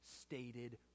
stated